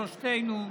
שלושתנו,